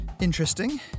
interesting